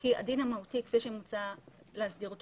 כי הדין המהותי כפי שמוצע להסדיר אותו